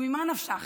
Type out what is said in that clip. וממה נפשך?